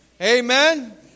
Amen